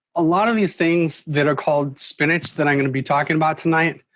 a lot of these things that are called spinach that i'm gonna be talking about tonight,